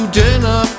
dinner